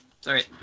Sorry